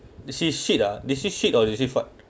did she shit ah did she shit or did she fart